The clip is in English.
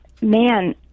man